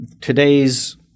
Today's